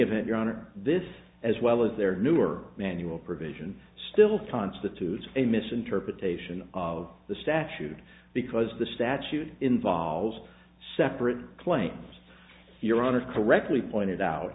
event your honor this as well as their newer manual provision still constitutes a misinterpretation of the statute because the statute involves separate claims your honor correctly pointed out